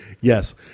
yes